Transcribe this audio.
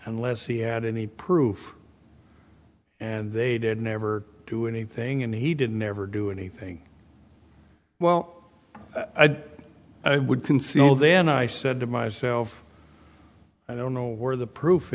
and less he had any proof and they didn't ever do anything and he didn't ever do anything well i would consult then i said to myself i don't know where the proof